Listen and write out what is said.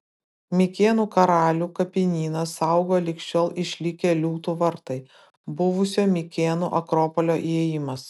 mikėnų karalių kapinyną saugo lig šiol išlikę liūtų vartai buvusio mikėnų akropolio įėjimas